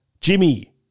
Jimmy